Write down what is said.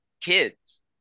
kids